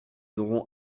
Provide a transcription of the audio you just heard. aurons